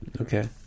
Okay